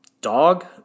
dog